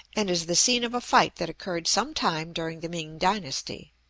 and is the scene of a fight that occurred some time during the ming dynasty.